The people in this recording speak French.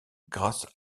grâce